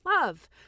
love